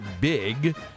big